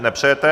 Nepřejete.